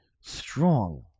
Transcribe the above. strong